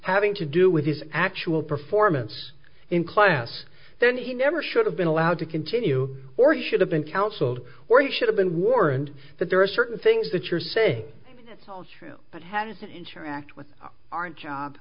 having to do with his actual performance in class then he never should have been allowed to continue or he should have been counseled or he should have been warned that there are certain things that you're saying that's all true but henderson interact with aren't job